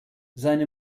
seine